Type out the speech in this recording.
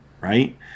right